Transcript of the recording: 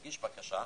מגיש בקשה,